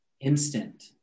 instant